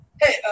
Hey